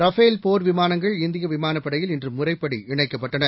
Rafale போர் விமானங்கள் இந்திய விமானப்படையில் இன்று முறைப்படி இணைக்கப்பட்டன